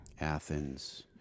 Athens